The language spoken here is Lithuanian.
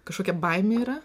kažkokia baimė yra